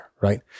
right